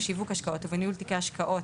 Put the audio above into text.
בשיווק השקעות ובניהול תיקי השקעות,